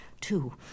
two